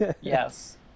Yes